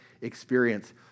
experience